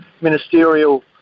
ministerial